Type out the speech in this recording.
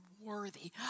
worthy